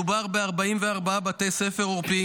מדובר ב-44 בתי ספר עורפיים,